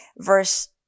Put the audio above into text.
verse